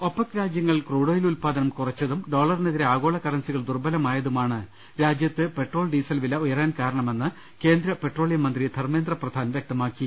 OPEC രാജ്യങ്ങൾ crude oil ഉല്പാദനം കുറച്ചതും ഡോളറിനെ തിരെ ആഗോള കറൻസികൾ ദുർബലമായതുമാണ് രാജ്യത്ത് പെട്രോൾ ഡീസൽ വില ഉയരാൻ കാരണമെന്ന് കേന്ദ്ര പെട്രോളിയം മന്ത്രി ധർമ്മേന്ദ്ര പ്രധാൻ വ്യക്ത മാക്കി